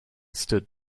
stood